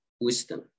wisdom